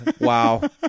Wow